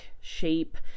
shape